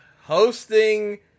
hosting